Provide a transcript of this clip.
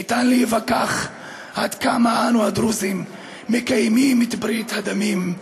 ניתן להיווכח עד כמה אנו הדרוזים מקיימים את ברית הדמים,